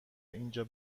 اینجا